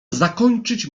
zakończyć